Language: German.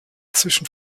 zwischen